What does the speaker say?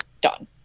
done